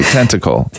Tentacle